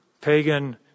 pagan